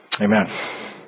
amen